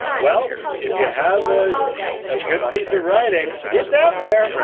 well, if you have a ah good piece of writing, it's out there. right.